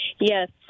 Yes